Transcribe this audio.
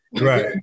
Right